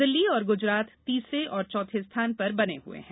दिल्ली और गुजरात तीसरे और चौथे स्थान पर बने हुए हैं